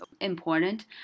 important